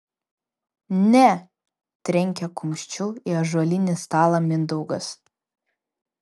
ne trenkė kumščiu į ąžuolinį stalą mindaugas